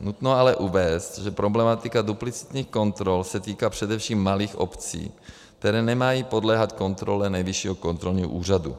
Nutno ale uvést, že problematika duplicitních kontrol se týká především malých obcí, které nemají podléhat kontrole Nejvyššího kontrolního úřadu.